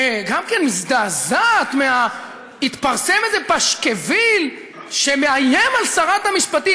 גם כן מזדעזעת: התפרסם איזה פשקוויל שמאיים על שרת המשפטים.